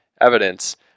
evidence